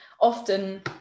often